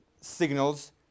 signals